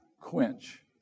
quench